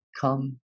come